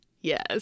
Yes